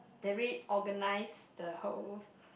they reorganise the whole